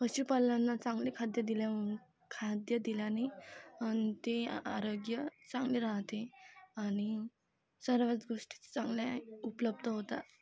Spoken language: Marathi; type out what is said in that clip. पशुपालांना चांगले खाद्य दिल्याने खाद्य दिल्याने ते आरोग्य चांगले राहते आणि सर्वच गोष्टीच चांगल्या उपलब्द्ध होतात